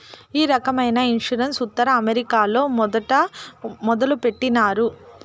ఈ రకమైన ఇన్సూరెన్స్ ఉత్తర అమెరికాలో మొదట మొదలుపెట్టినారు